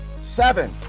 seven